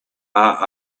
are